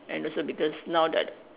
and also because now that